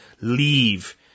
Leave